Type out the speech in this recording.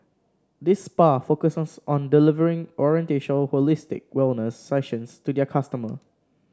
this spa focuses on delivering oriental holistic wellness sessions to their customer